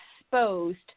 exposed